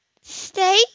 Stay